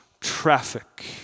traffic